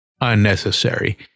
unnecessary